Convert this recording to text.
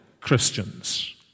Christians